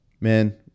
man